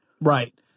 Right